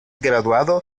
graduado